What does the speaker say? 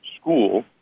school